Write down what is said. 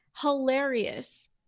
hilarious